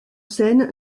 scène